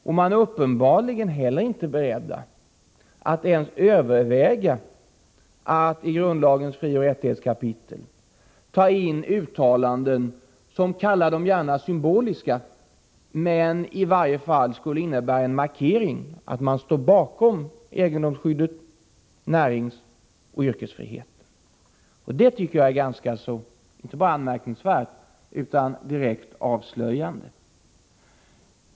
De är uppenbarligen heller inte beredda att ens överväga att i grundlagens frioch rättighetskapitel ta in uttalanden som är, kalla dem gärna det, symboliska men som i varje fall skulle innebära en markering att man står bakom egendomsskyddet samt näringsoch yrkesfriheten. Det tycker jag är inte bara anmärkningsvärt utan direkt avslöjande.